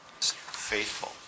faithful